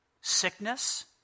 sickness